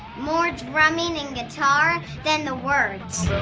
more drumming and guitar than the words.